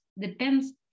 depends